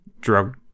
drug